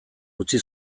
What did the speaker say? utzi